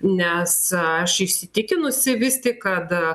nes aš įsitikinusi vis tik kad